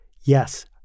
Yes